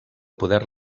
poder